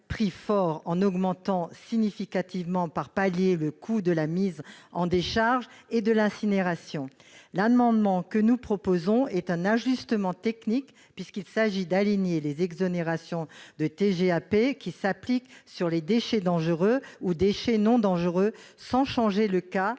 prix fort, en augmentant significativement, par palier, le coût de la mise en décharge et de l'incinération. Le présent amendement tend à procéder à un ajustement technique. Il s'agit d'aligner les exonérations de TGAP s'appliquant sur les déchets dangereux et les déchets non dangereux, sans changer le cas